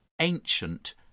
ancient